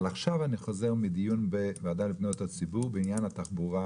אבל עכשיו אני חוזר מדיון בוועדה לפניות הציבור בעניין התחבורה,